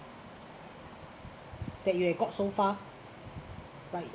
that you got so far